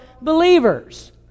believers